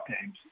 games